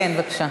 כן, בבקשה.